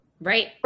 Right